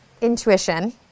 intuition